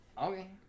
Okay